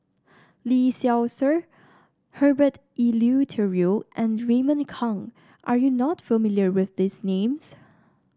Lee Seow Ser Herbert Eleuterio and Raymond Kang are you not familiar with these names